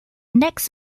next